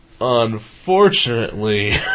Unfortunately